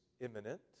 imminent